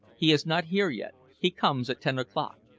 he is not here yet. he comes at ten o'clock.